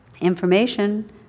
Information